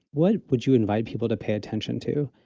what would you invite people to pay attention to,